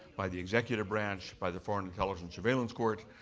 by the executive branch, by the foreign intelligence surveillance court,